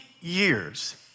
years